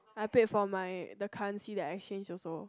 I paid for my the currency that I change also